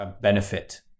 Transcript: benefit